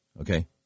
Okay